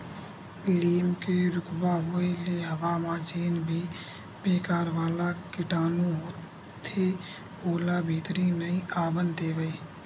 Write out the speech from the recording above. लीम के रूखवा होय ले हवा म जेन भी बेकार वाला कीटानु होथे ओला भीतरी नइ आवन देवय